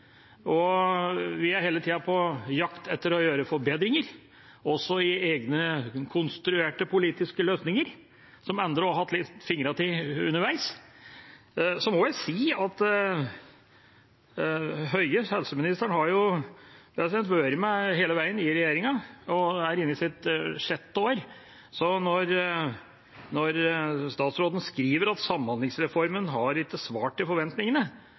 og vi er hele tida på jakt etter å gjøre forbedringer, også i egne konstruerte politiske løsninger som andre også har hatt fingrene litt i underveis. Helseminister Høie har vært med hele veien i regjeringa og er inne i sitt sjette år, så når statsråden skriver at samhandlingsreformen ikke har svart til forventningene,